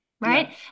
right